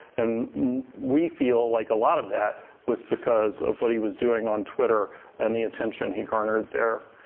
and we feel like a lot of that was because of what he was doing on twitter and the attention he garnered there.